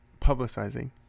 publicizing